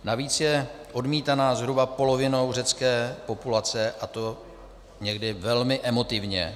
Navíc je odmítaná zhruba polovinou řecké populace, a to někdy velmi emotivně.